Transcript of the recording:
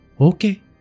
Okay